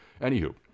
Anywho